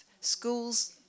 Schools